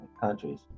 countries